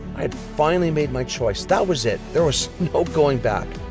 i had finally made my choice. that was it. there was no going back.